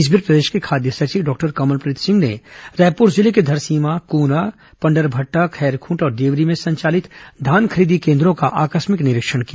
इस बीच प्रदेश के खाद्य सचिव डॉक्टर कमलप्रीत सिंह ने रायपुर जिले के धरसीवा कूंरा पंडरभट्टा खैरखूंट और देवरी में संचालित धान खरीदी केन्द्रों का आकस्मिक निरीक्षण किया